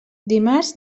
dimarts